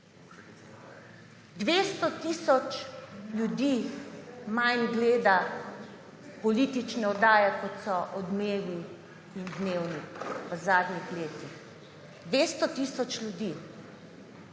200 tisoč manj ljudi gleda politične oddaje, kot sta Odmevi in Dnevnik v zadnjih letih. 200 tisoč ljudi.